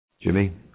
Jimmy